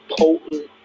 potent